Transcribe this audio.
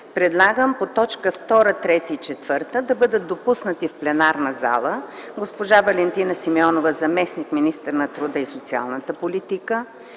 Предлагам по т. 2, 3 и 4 да бъдат допуснати в пленарната зала: госпожа Валентина Симеонова – заместник-министър на труда и социалната политика;